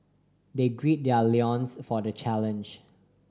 they gird their loins for the challenge